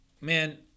man